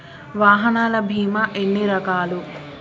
వాహనాల బీమా ఎన్ని రకాలు?